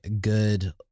good